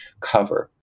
cover